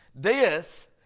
Death